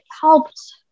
helped